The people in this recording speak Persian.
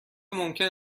ممکن